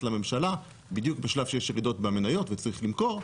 של הממשלה בדיוק בשלב שיש ירידות במניות וצריך למכור,